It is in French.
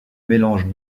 mélange